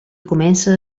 comença